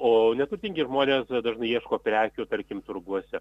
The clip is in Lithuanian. o neturtingi žmonės dažnai ieško prekių tarkim turguose